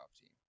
team